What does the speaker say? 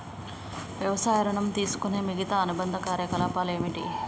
వ్యవసాయ ఋణం తీసుకునే మిగితా అనుబంధ కార్యకలాపాలు ఏమిటి?